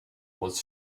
was